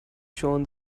shown